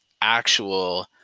actual